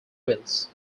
wheels